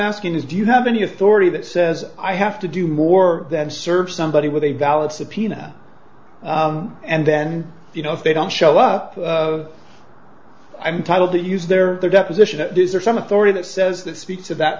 asking is do you have any authority that says i have to do more than serve somebody with a valid subpoena and then you know if they don't show up i'm entitled to use their their deposition that these are some authority that says that speaks to that